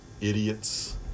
idiots